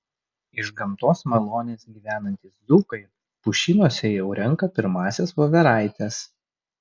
iš gamtos malonės gyvenantys dzūkai pušynuose jau renka pirmąsias voveraites